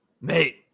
Mate